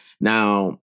Now